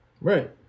Right